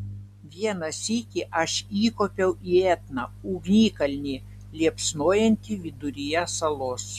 vieną sykį aš įkopiau į etną ugnikalnį liepsnojantį viduryje salos